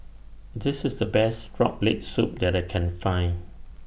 This IS The Best Frog Leg Soup that I Can Find